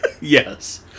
Yes